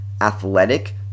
athletic